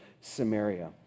Samaria